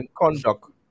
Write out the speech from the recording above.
conduct